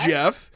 Jeff